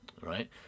right